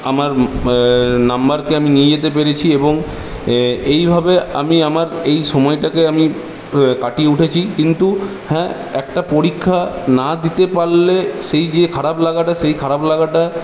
আমার নম্বরকে আমি নিয়ে যেতে পেরেছি এবং এইভাবে আমি আমার এই সময়টাকে আমি কাটিয়ে উঠেছি কিন্তু হ্যাঁ একটা পরীক্ষা না দিতে পারলে সেই যে খারাপ লাগাটা সেই খারাপ লাগাটা